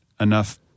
enough